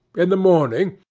in the morning,